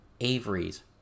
Avery's